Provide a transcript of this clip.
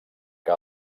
que